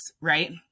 right